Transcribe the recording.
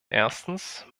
erstens